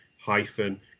hyphen